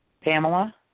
Pamela